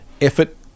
effort